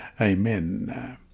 Amen